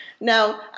now